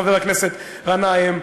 חבר הכנסת גנאים,